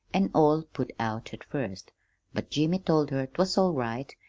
an' all put out at first but jimmy told her twas all right,